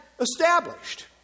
established